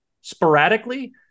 sporadically